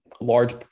large